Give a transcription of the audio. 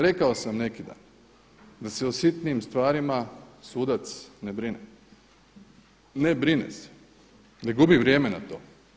Rekao sam neki dan, da se o sitnim stvarima sudac ne brine, ne brine se, ne gubi vrijeme na to.